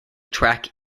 track